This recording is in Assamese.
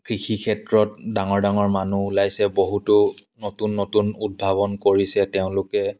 কৃষি ক্ষেত্ৰত ডাঙৰ ডাঙৰ মানুহ ওলাইছে বহুতো নতুন নতুন উদ্ভাৱন কৰিছে তেওঁলোকে